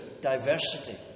diversity